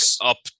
up